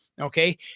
Okay